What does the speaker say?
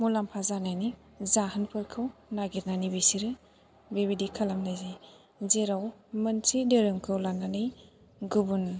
मुलाम्फा जानायनि जाहोनफोरखौ नागिरनानै बिसोरो बेबायदि खालामनाय जायो जेराव मोनसे धोरोमखौ लानानै गुबुन